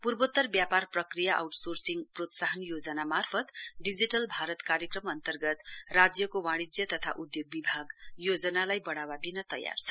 पूर्वोतर व्यापार प्रक्रिया आउटसोर्सिङ प्रोत्साहन योजना मार्फत डिजिटल भारत कार्यक्रम अन्तर्गत राज्यको वाणिज्य तथा उधोग विभागको योजनालाई बढ़ावा दिन तयार छ